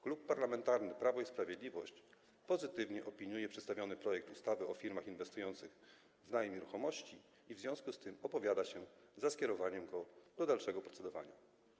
Klub Parlamentarny Prawo i Sprawiedliwości pozytywnie opiniuje przedstawiony projekt ustawy o firmach inwestujących w najem nieruchomości i w związku z tym opowiada się za skierowaniem go do dalszego procedowania.